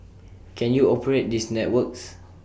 can you operate these networks